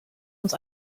uns